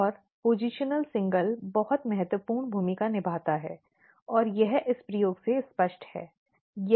और स्थितीय एकल बहुत महत्वपूर्ण भूमिका निभाता है और यह इस प्रयोग से स्पष्ट है